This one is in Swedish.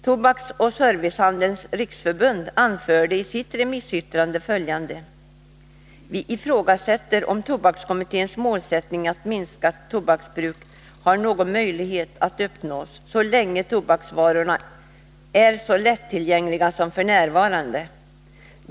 Tobaksoch servicehandelns riksförbund anförde i sitt remissyttrande följande: ”Vi ifrågasätter om tobakskommitténs målsättning till minskat tobaksbruk har någon möjlighet att uppnås så länge tobaksvarorna är så lättillgängliga som för närvarande.